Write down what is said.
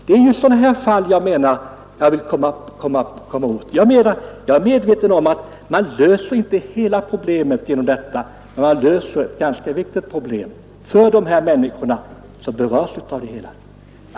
Det är sådana fall som jag har velat komma åt. Jag är medveten om att man inte löser hela problemet genom detta, men man löser ett ganska viktigt problem för de människor som berörs av detta.